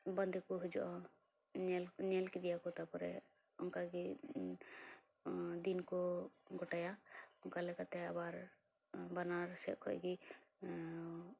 ᱵᱟᱹᱫᱤ ᱠᱚ ᱦᱤᱡᱩᱜᱼᱟ ᱧᱮᱞ ᱧᱮᱞ ᱠᱤᱫᱤᱭᱟᱠᱚ ᱛᱟᱨᱯᱚᱨᱮ ᱚᱱᱠᱟᱜᱮ ᱫᱤᱱ ᱠᱚ ᱜᱚᱴᱟᱭᱟ ᱚᱠᱟᱞᱮᱠᱟᱛᱮ ᱟᱵᱟᱨ ᱵᱟᱱᱟᱨ ᱥᱮᱡ ᱠᱷᱚᱱ ᱜᱮ